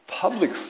public